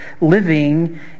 living